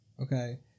Okay